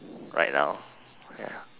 right now ya